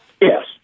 Yes